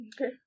Okay